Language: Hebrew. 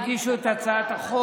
בשם חברי הכנסת שהגישו את הצעת החוק,